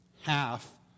half